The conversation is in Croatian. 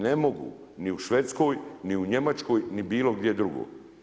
Ne mogu ni u Švedskoj, ni u Njemačkoj ni bilo gdje drugo.